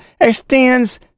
extends